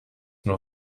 nur